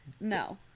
no